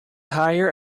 hire